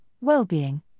well-being